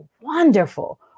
wonderful